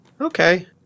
Okay